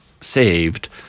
saved